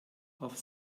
auf